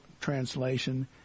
translation